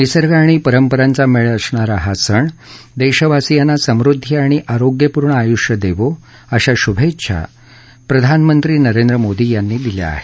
निसर्ग आणि परंपरांचा मेळ असणारा हा सण देशवासियांना समृद्धी आणि आरोग्यपूर्ण आयुष्य देवो अशा शुभेच्छा प्रधानमंत्री नरेंद्र मोदी यांनी दिल्या आहेत